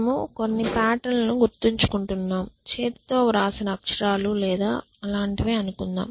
మనము కొన్ని పాటర్న్ లను గుర్తించనుకుంటున్నాం చేతితో వ్రాసిన అక్షరాలు లేదా అలాంటివి అనుకుందాం